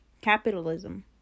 capitalism